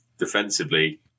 defensively